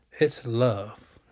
it's love.